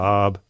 Bob